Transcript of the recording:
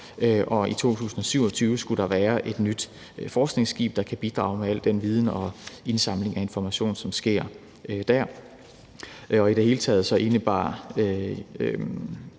Og i 2027 skulle der være et nyt forskningsskib, der kan bidrage med al den viden og indsamling af information, som sker der. I det hele taget indebærer